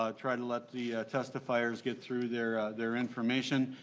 ah try to let the testifiers get through their their information.